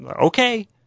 okay